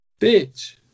Bitch